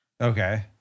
Okay